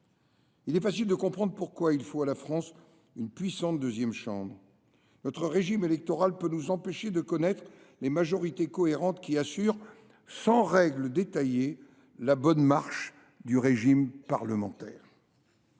Il est […] facile de comprendre pourquoi il faut à la France une puissante deuxième chambre […]. Notre régime électoral nous empêche de connaître les majorités cohérentes qui assurent, sans règles détaillées, la bonne marche du régime parlementaire.